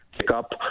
pickup